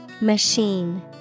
Machine